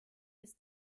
ist